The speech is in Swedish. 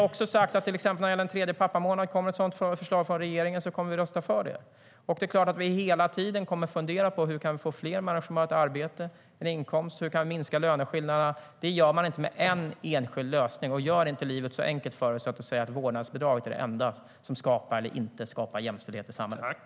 Kommer det ett förslag om en tredje pappamånad från regeringen kommer vi att rösta för det.